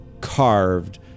carved